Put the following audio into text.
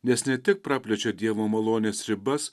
nes ne tik praplečia dievo malonės ribas